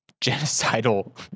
genocidal